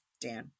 Dan